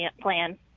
plan